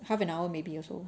half an hour maybe also